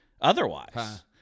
otherwise